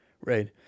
right